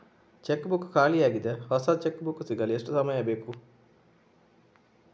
Check book ಖಾಲಿ ಯಾಗಿದೆ, ಹೊಸ ಚೆಕ್ ಬುಕ್ ಸಿಗಲು ಎಷ್ಟು ಸಮಯ ಬೇಕು?